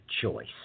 choice